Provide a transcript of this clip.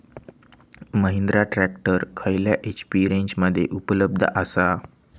Mahindra tractor खयल्या HP रेंजमध्ये उपलब्ध आसा?